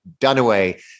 Dunaway